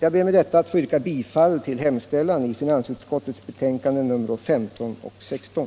Jag ber med detta att få yrka bifall till hemställan i finansutskottets betänkanden nr 15 och 16.